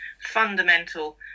fundamental